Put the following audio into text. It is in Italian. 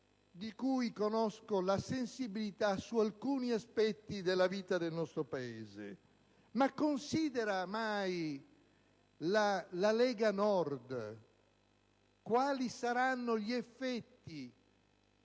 di cui conosco la sensibilità su alcuni aspetti della vita del nostro Paese. Considera mai la Lega Nord quali saranno gli effetti